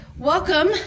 Welcome